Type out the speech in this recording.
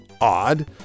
odd